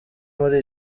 muri